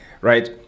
right